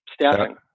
staffing